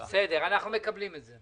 בסדר, אנחנו מקבלים את זה.